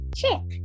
chip